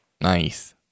Nice